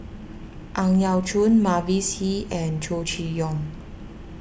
Ang Yau Choon Mavis Hee and Chow Chee Yong